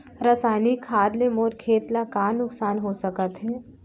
रसायनिक खाद ले मोर खेत ला का नुकसान हो सकत हे?